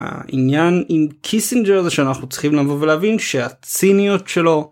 העניין עם קיסינג'ר זה שאנחנו צריכים לבוא ולהבין שהציניות שלו.